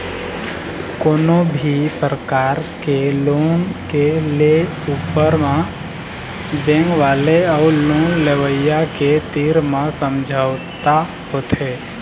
कोनो भी परकार के लोन के ले ऊपर म बेंक वाले अउ लोन लेवइया के तीर म समझौता होथे